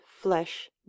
flesh